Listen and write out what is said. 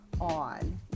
on